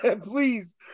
Please